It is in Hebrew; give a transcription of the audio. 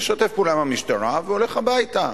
משתף פעולה עם המשטרה והולך הביתה,